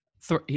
Three